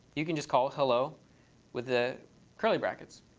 you can just call hello with the curly brackets.